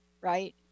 right